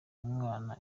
umwana